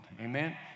Amen